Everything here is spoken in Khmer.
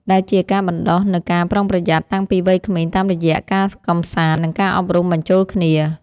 ដែលជាការបណ្ដុះនូវការប្រុងប្រយ័ត្នតាំងពីវ័យក្មេងតាមរយៈការកម្សាន្ត និងការអប់រំបញ្ចូលគ្នា។